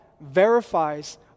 verifies